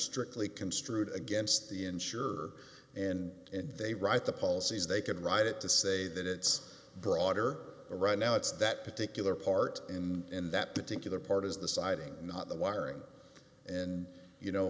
strictly construed against the insurer and they write the policies they can write it to say that it's broader right now it's that particular part and that particular part is the siding not the wiring and you know